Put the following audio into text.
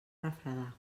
refredar